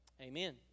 Amen